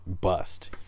bust